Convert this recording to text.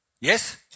Yes